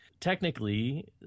technically